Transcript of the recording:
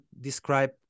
describe